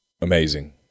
amazing